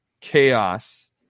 chaos